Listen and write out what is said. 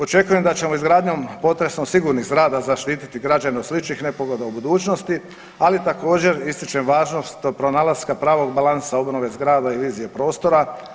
Očekujem da ćemo izgradnjom potresom sigurnih zgrada zaštititi građane od sličnih nepogoda u budućnosti, ali također ističem važnost pronalaska pravog balansa obnove zgrada i vizije prostora.